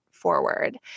forward